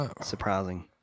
Surprising